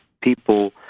people